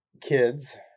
Kids